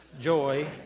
joy